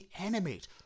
animate